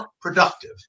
productive